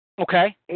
Okay